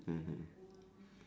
mmhmm